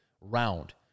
round